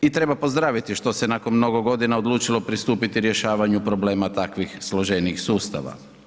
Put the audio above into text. I treba pozdraviti što se nakon mnogo godina odlučilo pristupiti rješavanju problema takvih složenijih sustava.